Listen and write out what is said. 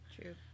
True